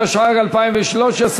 התשע"ג 2013,